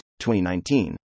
2019